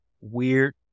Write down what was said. weird